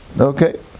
Okay